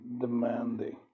demanding